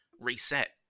reset